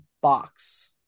box